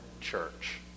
church